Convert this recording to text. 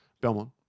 Belmont